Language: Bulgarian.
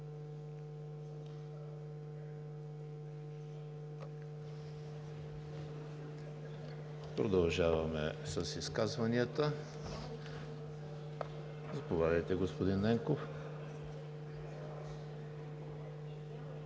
Продължаваме с изказванията. Заповядайте, господин Ненков.